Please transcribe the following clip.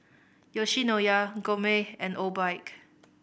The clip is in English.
Yoshinoya Gourmet and Obike